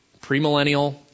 premillennial